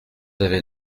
avez